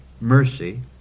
mercy